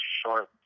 short